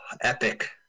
epic